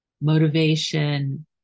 motivation